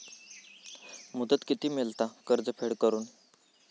मुदत किती मेळता कर्ज फेड करून?